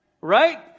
Right